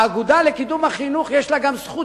האגודה לקידום החינוך יש לה זכות